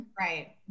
Right